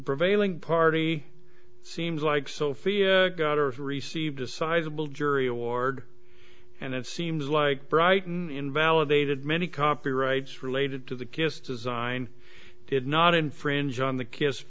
prevailing party seems like sophia received a sizable jury award and it seems like brighton invalidated many copyrights related to the kiss design did not infringe on the kiss